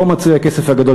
פה מצוי הכסף הגדול,